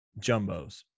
jumbos